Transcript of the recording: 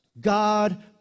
God